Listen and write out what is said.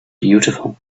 beautiful